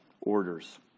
orders